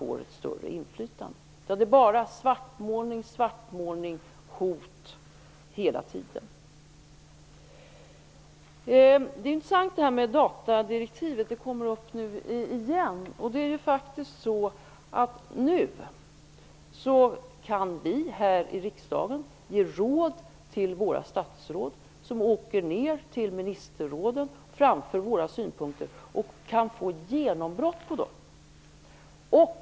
Det är bara svartmålningar och hot hela tiden. Detta med datadirektivet är intressant. Det kommer upp nu igen. Nu kan vi här i riksdagen ge råd till våra statsråd som åker ner till ministerrådet och framför våra synpunkter och kan få genombrott för dem.